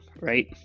right